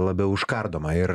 labiau užkardoma ir